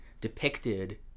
depicted